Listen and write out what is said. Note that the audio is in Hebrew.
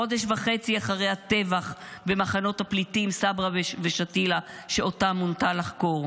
חודש וחצי אחרי הטבח במחנות הפליטים סברה ושתילה שאותו מונתה לחקור,